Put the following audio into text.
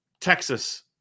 Texas